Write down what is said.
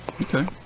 Okay